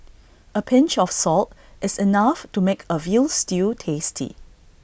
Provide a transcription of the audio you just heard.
A pinch of salt is enough to make A Veal Stew tasty